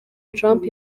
trump